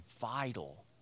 vital